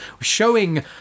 showing